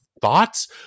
thoughts